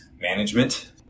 management